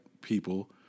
people